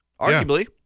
arguably